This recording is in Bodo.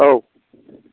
औ